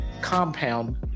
compound